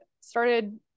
started